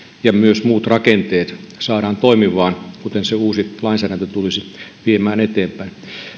ja myös muut rakenteet saadaan toimimaan kuten se uusi lainsäädäntö tulisi viemään eteenpäin